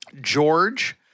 George